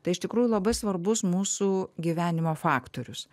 tai iš tikrųjų labai svarbus mūsų gyvenimo faktorius